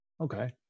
okay